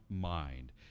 mind